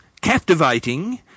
captivating